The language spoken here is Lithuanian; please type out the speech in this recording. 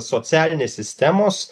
socialinės sistemos